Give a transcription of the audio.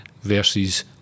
versus